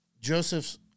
Joseph's